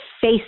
face